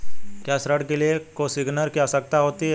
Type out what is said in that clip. क्या ऋण के लिए कोसिग्नर की आवश्यकता होती है?